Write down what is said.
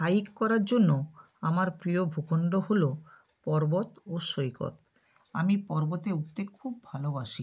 hike করার জন্য আমার প্রিয় ভূখন্ড হলো পর্বত ও সৈকত আমি পর্বতে উঠতে খুব ভালোবাসি